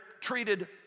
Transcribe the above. treated